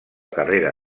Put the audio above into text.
carrera